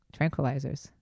Tranquilizers